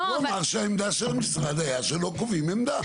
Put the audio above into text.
הוא אמרה שהעמדה של המשרד הייתה שלא קובעים עמדה.